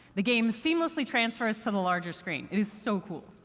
the game seamlessly transfers to the larger screen. it is so cool.